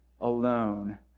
alone